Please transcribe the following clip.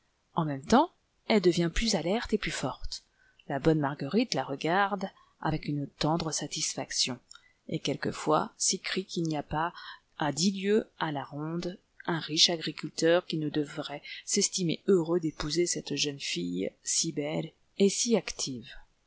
en même temps elle devient plus alerte et plus forte la bonne marguerite la regarde avec une tendre satisfaction et quelquefois s'écrie qu'il n'y a pas à dix lieues à la ronde un riche agriculteur qui ne devrait s'estimer heureux d'épouser cette jeune fille si belle et si active